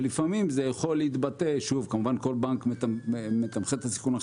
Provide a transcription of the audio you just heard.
כמובן שכל בנק מתמחר אחרת את הסיכון,